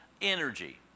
energy